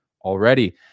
Already